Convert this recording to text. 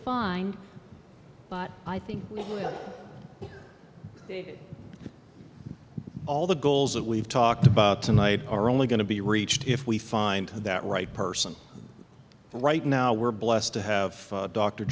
find but i think with all the goals that we've talked about tonight are only going to be reached if we find that right person and right now we're blessed to have